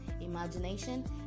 imagination